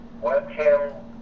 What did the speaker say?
webcam